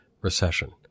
recession